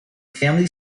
family